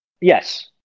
Yes